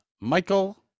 Michael